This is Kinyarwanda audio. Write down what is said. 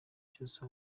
cyose